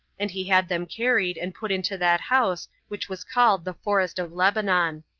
and he had them carried and put into that house which was called the forest of lebanon.